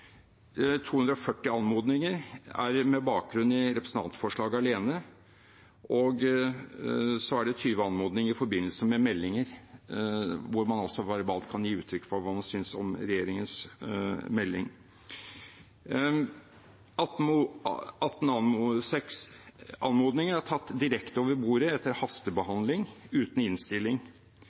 240 anmodninger er med bakgrunn i representantforslag alene, og så er det 20 anmodninger i forbindelse med meldinger, hvor man verbalt kan gi uttrykk for hva man synes om regjeringens melding. Seks anmodninger er tatt direkte over bordet etter hastebehandling, uten innstilling.